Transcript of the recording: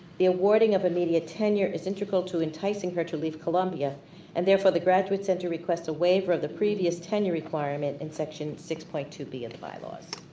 the awarding of immediate tenure is integral to enticing her to leave columbia and therefore the graduate center requests a waiver of the previous tenure requirement in section six point two of the bylaws.